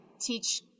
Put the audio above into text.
teach